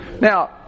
Now